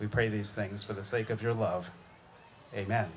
we pray these things for the sake of your love amen